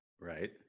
Right